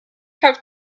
have